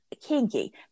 kinky